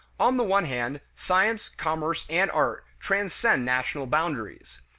on the one hand, science, commerce, and art transcend national boundaries.